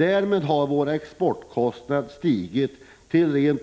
Därmed har våra exportkostnader stigit till